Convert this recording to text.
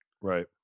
Right